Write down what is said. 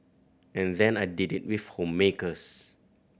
and then I did it with homemakers